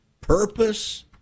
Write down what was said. purpose